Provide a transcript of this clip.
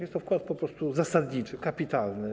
Jest to wkład po prostu zasadniczy, kapitalny.